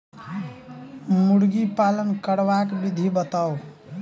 मुर्गी पालन करबाक विधि बताऊ?